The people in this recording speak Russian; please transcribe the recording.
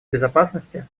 безопасности